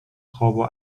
خوابو